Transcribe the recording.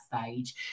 stage